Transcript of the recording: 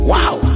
Wow